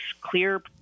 clear